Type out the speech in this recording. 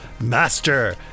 Master